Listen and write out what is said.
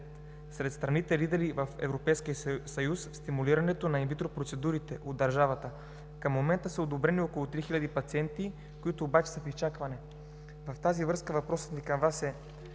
сред страните лидери в Европейския съюз в стимулирането на инвитро процедурите от държавата. Към момента са одобрени около 3000 пациенти, които обаче са в изчакване. В тази връзка въпросът ми към Вас е: